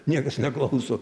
niekas neklauso